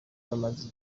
bamaze